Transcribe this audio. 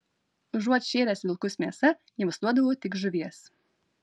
užuot šėręs vilkus mėsa jiems duodavau tik žuvies